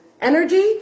energy